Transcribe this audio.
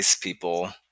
people